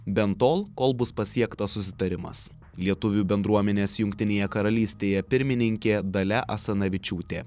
bent tol kol bus pasiektas susitarimas lietuvių bendruomenės jungtinėje karalystėje pirmininkė dalia asanavičiūtė